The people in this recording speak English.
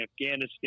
Afghanistan